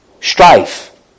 strife